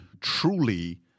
truly